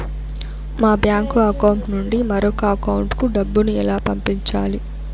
మా bank account నుండి మరొక అకౌంట్ కు డబ్బును ఎలా పంపించాలి